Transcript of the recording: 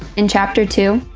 in chapter two,